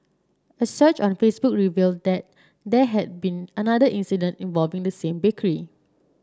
a search on Facebook revealed that there had been another incident involving the same bakery